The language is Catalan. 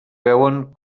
veuen